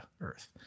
earth